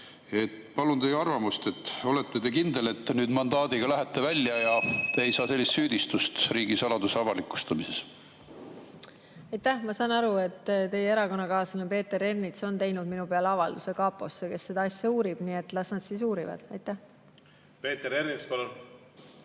Palun teie arvamust. Olete te kindel, et te nüüd mandaadiga lähete välja ja te ei saa süüdistust riigisaladuse avalikustamise eest? Aitäh! Ma saan aru, et teie erakonnakaaslane Peeter Ernits on teinud minu peale avalduse kaposse, kes seda asja uurib, nii et las nad siis uurivad. Aitäh! Ma saan